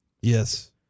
Yes